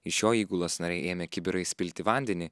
iš jo įgulos nariai ėmė kibirais pilti vandenį